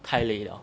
太累了